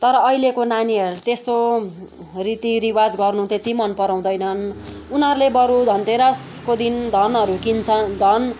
तर अहिलेको नानीहरूले त्यस्तो रीतिरिवाज गर्न त्यति मन पराउँदैनन् उनीहरूले बरू धनतेरसको दिन धनहरू किन्छन् धन